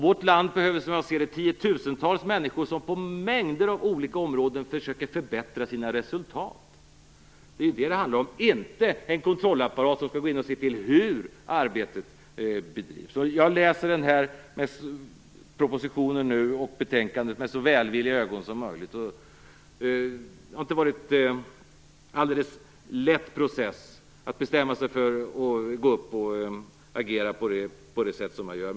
Vårt land behöver som jag ser det tio tusentals människor som på mängder av områden försöker förbättra sina resultat. Det är ju det det handlar om, och inte en kontrollapparat som skall gå in och se hur arbetet bedrivs. Jag läser den här propositionen och det här betänkandet med så välvilliga ögon som möjligt. Det har inte varit en alldeles lätt process att bestämma sig för att gå upp och agera på det sätt som jag gör.